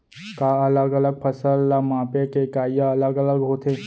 का अलग अलग फसल ला मापे के इकाइयां अलग अलग होथे?